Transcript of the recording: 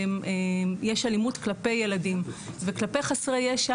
שיש אלימות כלפי ילדים וכלפי חסרי ישע